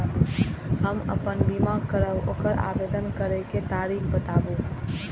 हम आपन बीमा करब ओकर आवेदन करै के तरीका बताबु?